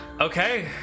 Okay